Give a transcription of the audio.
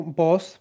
boss